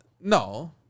No